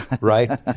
Right